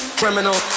criminal